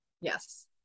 Yes